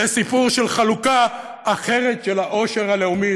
זה סיפור של חלוקה אחרת של העושר הלאומי,